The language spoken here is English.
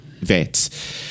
vets